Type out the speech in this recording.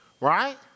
right